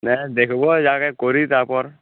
হ্যাঁ দেখব যাকে করি তারপর